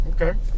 Okay